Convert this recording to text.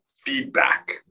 feedback